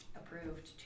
approved